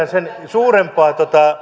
sen suurempaa